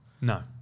No